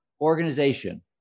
organization